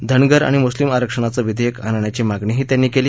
धनगर आणि मुस्लिम आरक्षणाचं विधेयक आणण्याची मागणीही त्यांनी केली